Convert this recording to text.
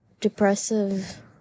depressive